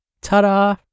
Ta-da